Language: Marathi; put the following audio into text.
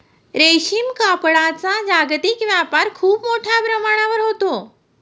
रेशीम कापडाचा जागतिक व्यापार खूप मोठ्या प्रमाणावर होतो